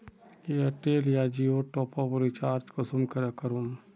Airtel या जियोर top up recharge कुंसम करे करूम?